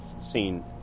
seen